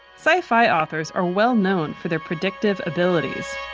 sci-fi authors are well known for their predictive abilities.